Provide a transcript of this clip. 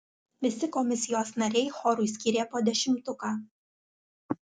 visi komisijos nariai chorui skyrė po dešimtuką